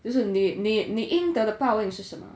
就是你你你应得的报应是什么